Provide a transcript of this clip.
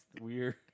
weird